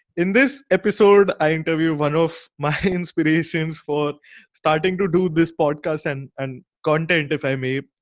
in this episode, i interview one of my inspirations for starting to do this podcast and and content if i may,